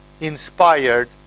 inspired